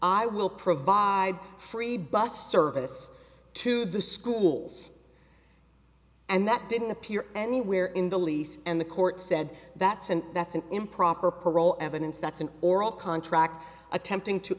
i will provide free bus service to the schools and that didn't appear anywhere in the lease and the court said that's an that's an improper parole evidence that's an oral contract attempting to